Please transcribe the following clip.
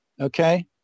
okay